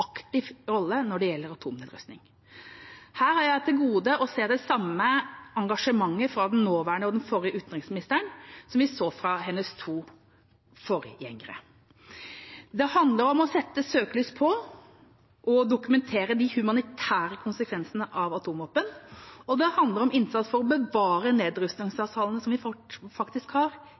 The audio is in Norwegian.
aktiv rolle når det gjelder atomnedrustning. Her har jeg til gode å se det samme engasjementet fra den nåværende og den forrige utenriksministeren som vi så fra de to forgjengerne. Det handler om å sette søkelys på og dokumentere de humanitære konsekvensene av atomvåpen, og det handler om innsats for å bevare nedrustningsavtalene som vi faktisk har